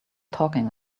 talking